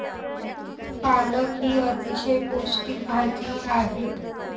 पालक ही अतिशय पौष्टिक भाजी आहे